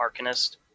arcanist